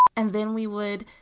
and then we would